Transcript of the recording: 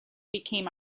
became